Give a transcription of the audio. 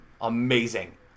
amazing